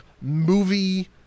movie